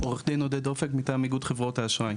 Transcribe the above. עורך דין עודד אופק מטעם איגוד חברות האשראי.